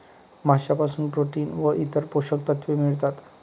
माशांपासून प्रोटीन व इतर पोषक तत्वे मिळतात